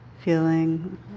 feeling